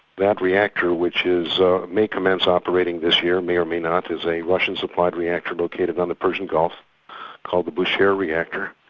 that reactor which ah may commence operating this year, may or may not, as a russian supplied reactor located on the persian gulf called the bushehr reactor,